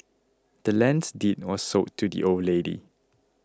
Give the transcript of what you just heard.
the land's deed was sold to the old lady